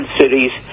cities